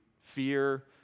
fear